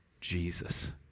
Jesus